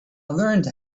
learned